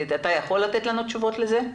אתה יכול לתת לנו תשובות לזה?